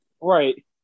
Right